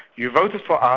you voted for um